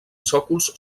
sòcols